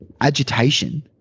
agitation –